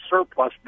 surplus